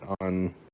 on